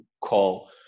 call